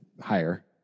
higher